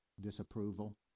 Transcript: disapproval